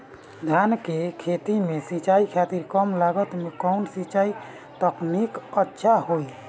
धान के खेती में सिंचाई खातिर कम लागत में कउन सिंचाई तकनीक अच्छा होई?